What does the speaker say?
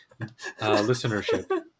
listenership